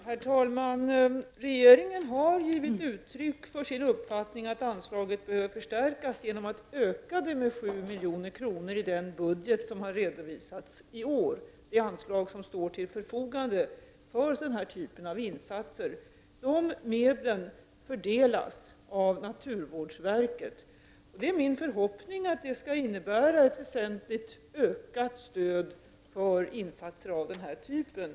Herr talman! Regeringen har givit uttryck för sin uppfattning att anslaget behöver förstärkas genom att öka det med 7 milj.kr. i årets budgetproposition. Det är anslag som står till förfogande för denna typ av insatser. Dessa medel fördelas av naturvårdsverket. Det är min förhoppning att detta skall innebära ett väsentligt ökat stöd för insatser av den här typen.